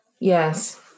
Yes